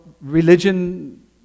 religion